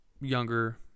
younger